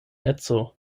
edzo